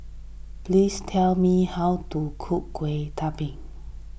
please tell me how to cook Kueh Talam